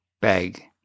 Bag